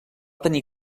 tenir